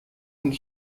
und